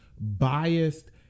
biased